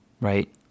right